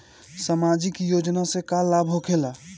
समाजिक योजना से का लाभ होखेला?